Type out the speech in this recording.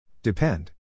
Depend